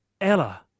Ella